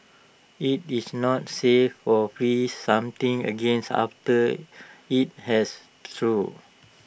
IT is not safe or freeze something after IT has thawed